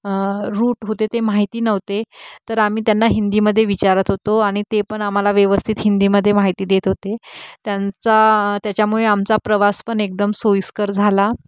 route होते ते माहिती नव्हते तर आम्ही त्यांना हिंदीमध्ये विचारत होतो आणि ते पण आम्हाला व्यवस्थित हिंदीमध्ये माहिती देत होते त्यांचा त्याच्यामुळे आमचा प्रवास पण एकदम सोयीस्कर झाला